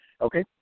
Okay